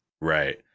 Right